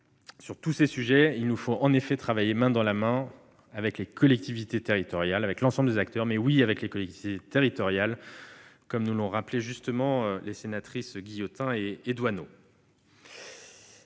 Sur tous ces sujets, il nous faut travailler main dans la main avec les collectivités territoriales, avec l'ensemble des acteurs, et surtout avec les collectivités territoriales, comme nous l'ont rappelé justement Mmes Guillotin et Doineau.